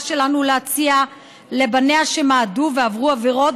שלנו להציע לבניה שמעדו ועברו עבירות,